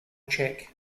cheque